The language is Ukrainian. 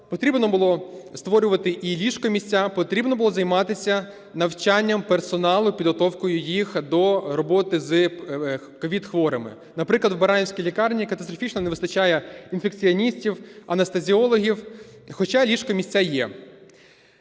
потрібно було створювати і ліжко-місця, потрібно було займатися навчанням персоналу, підготовкою їх до роботи з COVID-хворими. Наприклад, в Баранівській лікарні катастрофічно не вистачає інфекціоністів, анестезіологів, хоча, ліжко-місця є.